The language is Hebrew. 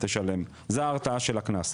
זו ההרתעה של הקנס.